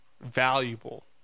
valuable